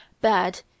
bad